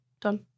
done